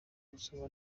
gusoma